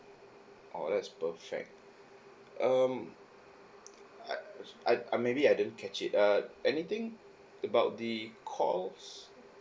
orh that's perfect um I I I maybe didn't catch it uh anything about the calls